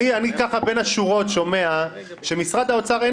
אני ככה בין השורות שומע שלמשרד האוצר אין